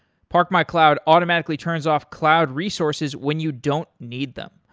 parkmycloud automatically turns off cloud resources when you don't need them.